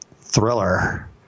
thriller